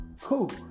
cool